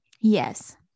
Yes